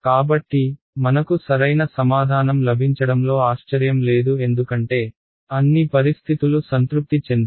కాబట్టి మనకు సరైన సమాధానం లభించడంలో ఆశ్చర్యం లేదు ఎందుకంటే అన్ని పరిస్థితులు సంతృప్తి చెందాయి